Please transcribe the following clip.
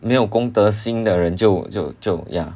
没有公德心的人就就就就 ya